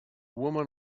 woman